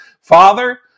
Father